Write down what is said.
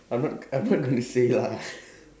I'm not I'm not gonna say lah